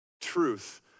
truth